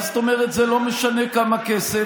מה זאת אומרת זה לא משנה כמה כסף?